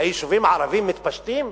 היישובים הערביים מתפשטים?